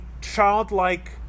childlike